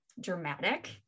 dramatic